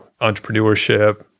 entrepreneurship